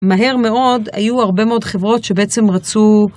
מהר מאוד היו הרבה מאוד חברות שבעצם רצו